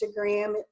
Instagram